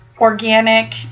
Organic